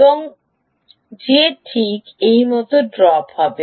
এবং যে ঠিক এই মত ড্রপ হবে